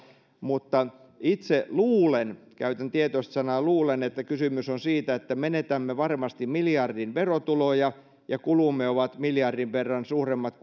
mutta itse luulen käytän tietoisesti sanaa luulen että kysymys on siitä että menetämme varmasti miljardin verotuloja ja kulumme ovat miljardin verran suuremmat